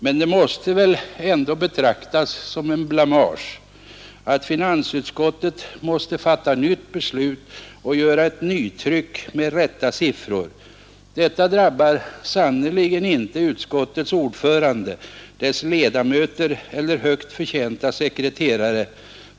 Men det måste väl ändå betraktas som en blamage att finansutskottet måste fatta ett nytt beslut och göra ett nytryck med rätta siffror. Detta drabbar sannerligen inte utskottets ordförande, dess ledamöter eller högt förtjänta sekreterare.